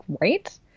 right